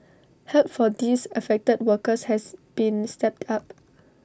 help for these affected workers has been stepped up